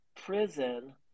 prison